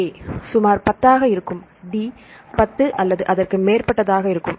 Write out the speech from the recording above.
A சுமார் 10 ஆக இருக்கும் D 10 அல்லது அதற்கு மேற்பட்டதாக இருக்கும்